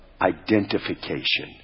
identification